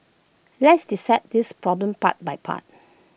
let's dissect this problem part by part